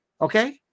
Okay